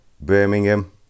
Birmingham